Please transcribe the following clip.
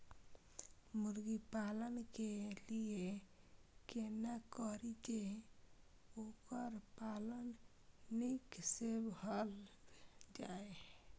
मुर्गी पालन के लिए केना करी जे वोकर पालन नीक से भेल जाय?